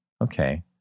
okay